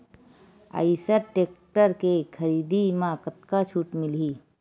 Eicher tractor के खरीदी म कतका छूट मिलही?